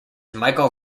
michael